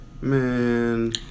man